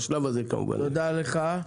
תודה לך.